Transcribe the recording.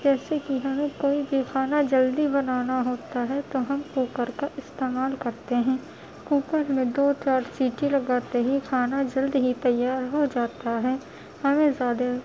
جیسے کہ ہمیں کوئی بھی کھانا جلدی بنانا ہوتا ہے تو ہم کوکر کا استعمال کرتے ہیں کوکر میں دو چار سیٹی لگاتے ہی کھانا جلد ہی تیار ہو جاتا ہے ہمیں زیادہ